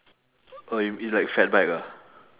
oh you you like fat bike ah